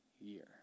year